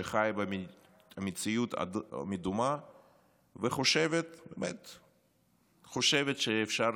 שחיה במציאות מדומה וחושבת שאפשר